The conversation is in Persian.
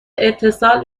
اتصال